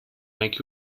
make